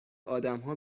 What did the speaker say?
آدمها